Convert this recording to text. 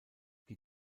die